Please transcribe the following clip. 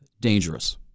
dangerous